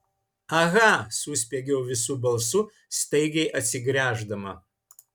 aha suspiegiau visu balsu staigiai atsigręždama